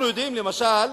אנחנו יודעים למשל